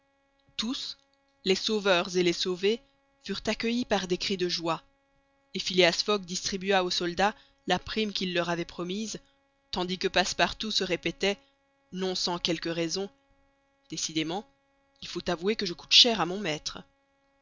tous les sauveurs et les sauvés furent accueillis par des cris de joie et phileas fogg distribua aux soldats la prime qu'il leur avait promise tandis que passepartout se répétait non sans quelque raison décidément il faut avouer que je coûte cher à mon maître